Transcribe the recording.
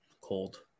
Cold